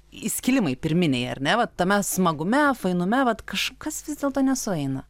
įskilimai pirminiai ar ne vat tame smagume fainume vat kažkas vis dėlto nesueina